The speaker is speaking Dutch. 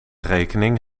rekening